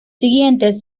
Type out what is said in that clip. siguientes